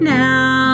now